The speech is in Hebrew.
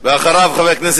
ככה הממשלה הזאת